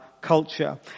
culture